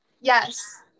Yes